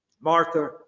Martha